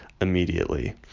immediately